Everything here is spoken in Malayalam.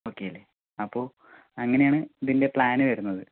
ഓക്കേ അല്ലെ അപ്പോൾ അങ്ങനെയാണ് ഇതിൻ്റെ പ്ലാന് വരുന്നത്